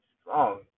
strong